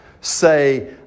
say